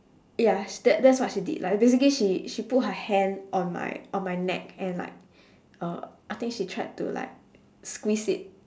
ya sh~ that that's what she did like basically she she put her hand on my on my neck and like uh I think she tried to like squeeze it